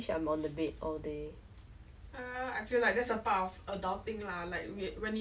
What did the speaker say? not many I guess there were a lot of friends but you lose a lot on the way but I also think is a part of